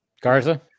Garza